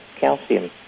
calcium